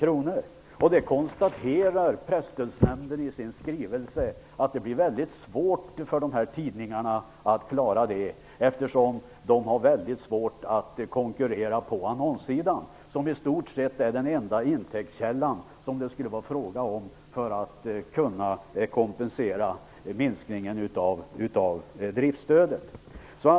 Presstödsnämnden konstaterar i sin skrivelse att det kommer att bli mycket svårt för dessa tidningar att klara detta, eftersom de har svårt att konkurrera på annonssidan. Annonser är i stort sett den enda intäktskälla som skulle komma i fråga för att kompensera minskningen av driftsstödet.